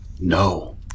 No